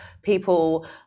people